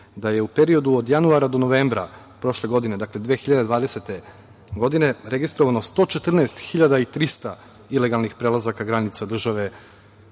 da je u periodu od januara do novembra prošle godine, dakle 2020. godine, registrovano 114. 300 ilegalnih prelazaka granica država